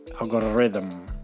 Algorithm